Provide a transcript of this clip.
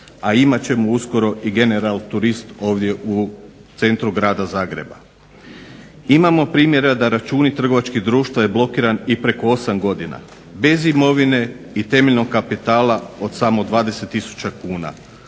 a imat ćemo uskoro i General turist ovdje u centru grada Zagreba. Imamo primjera da računi trgovačkih društava je blokiran i preko osam godina bez imovine i temeljnog kapitala od samo 20000 kuna.